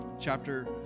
chapter